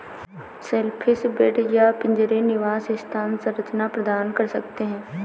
shellfish bed या पिंजरे निवास स्थान संरचना प्रदान कर सकते हैं